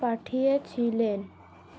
পাঠিয়ে ছিলেন